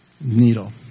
needle